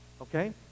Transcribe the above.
okay